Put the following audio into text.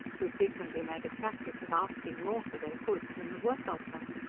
who frequently made a practice of asking more for their goods than the worth of them.